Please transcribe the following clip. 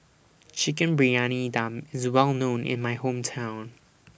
Chicken Briyani Dum IS Well known in My Hometown